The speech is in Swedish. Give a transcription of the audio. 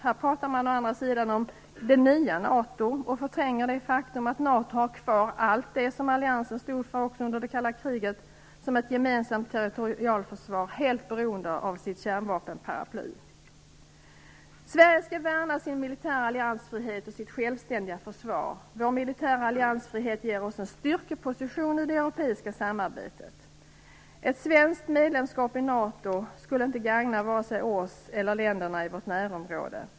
Här pratar man emellertid bara om "det nya NATO" och förtränger det faktum att NATO har kvar allt det som alliansen stod för också under det kalla kriget, som ett gemensamt territorialförsvar helt beroende av sitt kärnvapenparaply. Sverige skall värna sin militära alliansfrihet och sitt självständiga försvar. Vår militära alliansfrihet ger oss en styrkeposition i det europeiska samarbetet. Ett svenskt medlemskap i NATO skulle inte gagna vare sig oss eller länderna i vårt närområde.